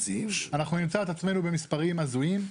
אנחנו נמצא את עצמנו במספרים הזויים.